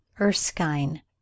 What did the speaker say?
Erskine